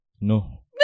No